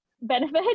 benefit